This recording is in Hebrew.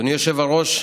אדוני היושב-ראש,